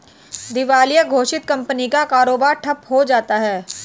दिवालिया घोषित कंपनियों का कारोबार ठप्प हो जाता है